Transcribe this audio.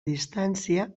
distància